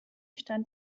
stammt